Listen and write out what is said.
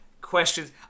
questions